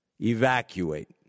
evacuate